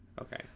Okay